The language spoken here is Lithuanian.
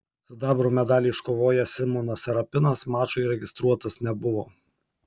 sidabro medalį iškovojęs simonas serapinas mačui registruotas nebuvo